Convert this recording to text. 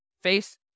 face